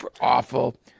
awful